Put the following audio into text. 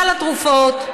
סל התרופות,